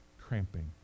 cramping